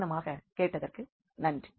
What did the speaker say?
கவனமாக கேட்டதற்கு நன்றி